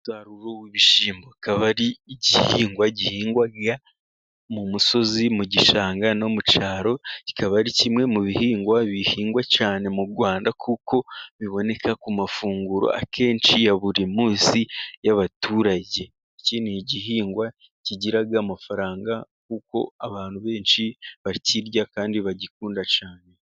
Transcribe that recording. Umusaruro w'ibishimbo ukaba ari igihingwa gihingwa jya mu musozi, mu gishanga, no mu cyaro kikaba ari kimwe mu bihingwa bihingwa cyane mu Rwanda, kuko biboneka ku mafunguro akenshi ya buri munsi y'abaturage. Iki ni igihingwa kigira amafaranga kuko abantu benshi bakirya kandi bagikunda cyane.